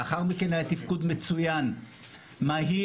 לאחר מכן היה תפקוד מצוין, מהיר.